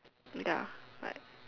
ya like